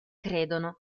credono